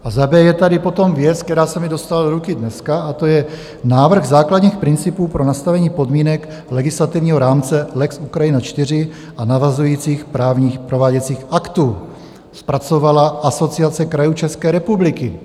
A za b) je tady potom věc, která se mi dostala do ruky dneska, a to je Návrh základních principů pro nastavení podmínek legislativního rámce lex Ukrajina a navazujících právních prováděcích aktů, zpracovala Asociace krajů České republiky.